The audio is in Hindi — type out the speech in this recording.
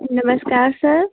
नमस्कार सर